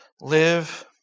Live